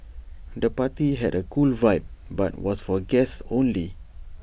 the party had A cool vibe but was for guests only